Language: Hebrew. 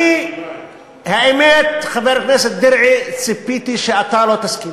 אני, האמת, חבר הכנסת דרעי, ציפיתי שאתה לא תסכים,